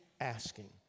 asking